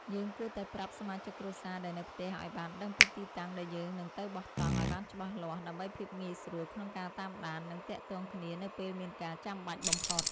យើងគួរតែប្រាប់សមាជិកគ្រួសារដែលនៅផ្ទះឱ្យបានដឹងពីទីតាំងដែលយើងនឹងទៅបោះតង់ឱ្យបានច្បាស់លាស់ដើម្បីភាពងាយស្រួលក្នុងការតាមដាន និង ទាក់ទងគ្នានៅពេលមានការចាំបាច់បំផុត។